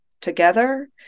together